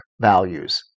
values